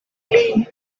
clean